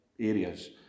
areas